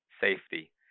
safety